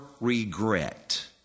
regret